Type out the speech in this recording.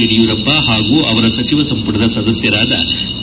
ಯಡಿಯೂರಪ್ಪ ಹಾಗೂ ಅವರ ಸಚಿವ ಸಂಪುಟದ ಸದಸ್ಯರಾದ ಕೆ